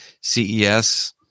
CES